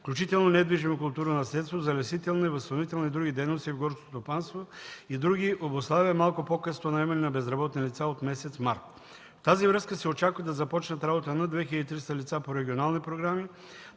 включително недвижимо културно наследство, залесителна, възстановителна и други дейности в горското стопанство и други обуславя малко по-късно наемане на работни лица от месец март. В тази връзка се очаква да започнат работа над 2300 лица по регионални програми,